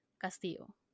Castillo